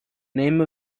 name